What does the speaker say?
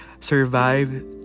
survive